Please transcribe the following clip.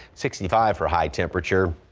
sixty five for a high temperature.